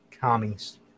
Commies